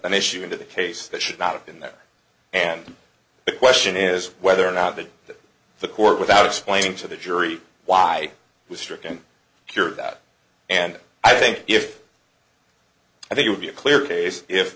an issue into the case that should not have been there and the question is whether or not that that the court without explaining to the jury why it was stricken cure that and i think if i think it would be a clear case if